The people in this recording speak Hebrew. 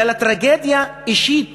אלא לטרגדיה אישית